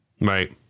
Right